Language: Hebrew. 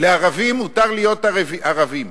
לערבים מותר להיות ערבים,